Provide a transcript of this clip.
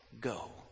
go